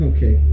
Okay